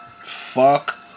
Fuck